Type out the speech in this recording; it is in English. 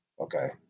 Okay